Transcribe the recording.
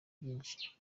byinshi